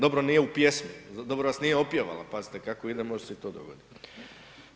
Dobro nije u pjesmi, dobro da vas nije opjevala, pazite kako ide može se i to dogoditi.